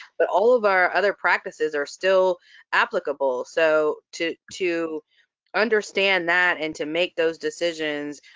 but all of our other practices are still applicable. so to to understand that and to make those decisions